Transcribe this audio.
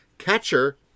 catcher